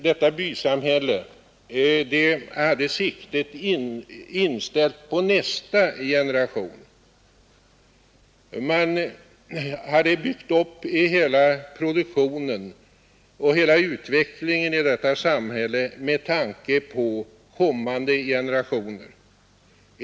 Detta bysamhälle hade siktet inställt på nästa generation — man hade byggt upp hela produktionen och hela utvecklingen i detta samhälle med tanke på kommande generationer.